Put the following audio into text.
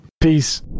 Peace